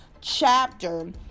chapter